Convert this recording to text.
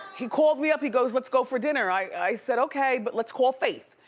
he called me up, he goes, let's go for dinner. i said, okay, but let's call faith.